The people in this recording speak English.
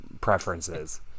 preferences